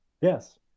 Yes